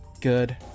good